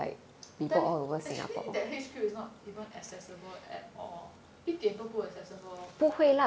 actually that H_Q is not even accessible at all 一点都不 accessible